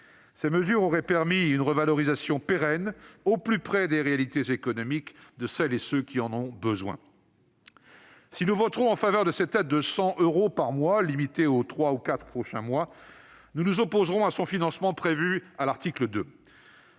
Ces mesures auraient permis une revalorisation pérenne des aides, au plus près des réalités économiques de ceux qui en ont besoin. Nous voterons en faveur de cette aide de 100 euros par mois, limitée aux trois ou quatre prochains mois, mais nous nous opposerons à son financement, prévu à l'article 2.